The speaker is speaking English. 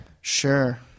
Sure